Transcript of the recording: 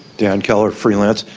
dan keller, freelance.